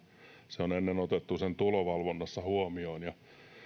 se on ennen otettu tulovalvonnassa huomioon ja